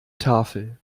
tafel